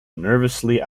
nervously